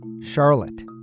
Charlotte